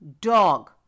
dog